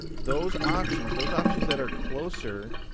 those options those options that are closer